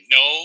no